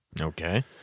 Okay